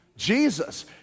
Jesus